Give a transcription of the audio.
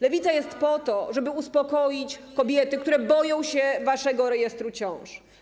Lewica jest po to, żeby uspokoić kobiety, które boją się waszego rejestru ciąż.